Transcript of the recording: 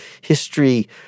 history